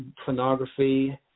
pornography